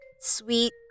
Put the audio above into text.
sweet